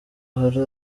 hari